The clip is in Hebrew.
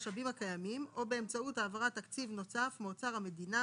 במשאבים הקיימים או באמצעות העברת תקציב נוסף מאוצר המדינה